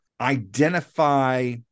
identify